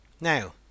Now